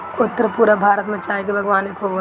उत्तर पूरब भारत में चाय के बागवानी खूब होला